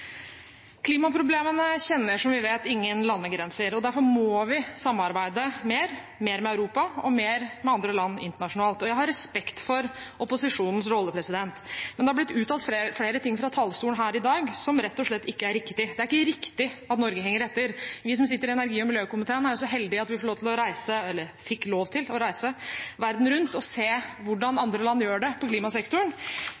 Klimaproblemene kjenner, som vi vet, ingen landegrenser, og derfor må vi samarbeide mer – mer med Europa og mer med andre land internasjonalt. Jeg har respekt for opposisjonens rolle, men det har blitt uttalt flere ting fra talerstolen her i dag som rett og slett ikke er riktig. Det er ikke riktig at Norge henger etter. Vi som sitter i energi- og miljøkomiteen, er jo så heldige at vi får lov til å reise – eller fikk lov til å reise – verden rundt og se hvordan